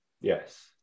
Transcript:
Yes